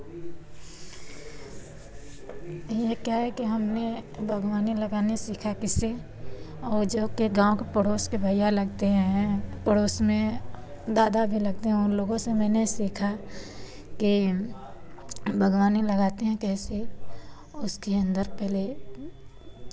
यह क्या है कि हमने बाग़वानी लगाने सीखा किससे जो कि गाँव के पड़ोस के भईया लगते हैं पड़ोस में दादा भी लगते हैं उन लोगों से मैंने सीखा कि बाग़वानी लगाते हैं कैसे उसके अंदर पहले